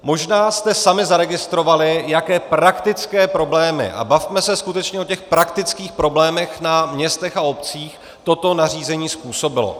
Možná jste sami zaregistrovali, jaké praktické problémy a bavme se skutečně o těch praktických problémech na městech a obcích toto nařízení způsobilo.